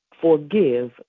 forgive